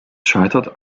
scheitert